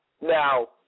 Now